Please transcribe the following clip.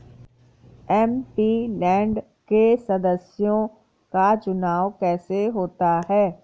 MP land के सदस्यों का चुनाव कैसे होता है?